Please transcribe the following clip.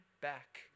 back